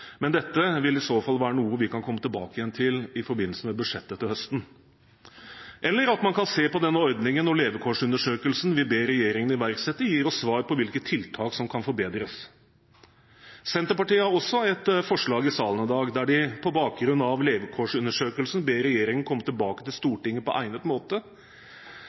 men dette vil i så fall være noe vi kan komme tilbake til i forbindelse med budsjettet til høsten, eller at man kan se på den ordningen når levekårsundersøkelsen vi ber regjeringen iverksette, gir oss svar på hvilke tiltak som kan forbedres. Senterpartiet har også et forslag i salen i dag, der de ber regjeringen på bakgrunn av levekårsundersøkelsen komme tilbake til Stortinget på egnet måte